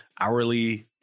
hourly